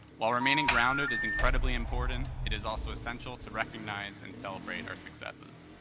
while remaining grounded is incredibly important, it is also essential to recognize and celebrate our successes.